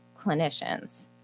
clinicians